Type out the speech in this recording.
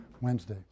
Wednesday